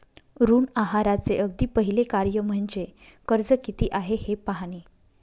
ऋण आहाराचे अगदी पहिले कार्य म्हणजे कर्ज किती आहे हे पाहणे